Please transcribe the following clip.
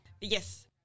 Yes